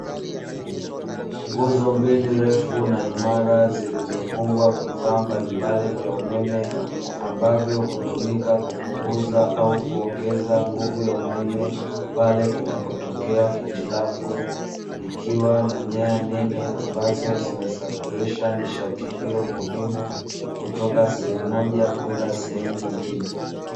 Nguzo mbili refu na imara zilizofungwa vifa mbalimbali vya umeme, ambavyo hutumika kupunguza au kuongeza nguvu ya umeme pale inapotokea hitilafu, ikiwa na nyaya nne ambazo zinasafirisha nishati hiyo muhimu, kutoka sehemu moja kwenda sehemu nyingine.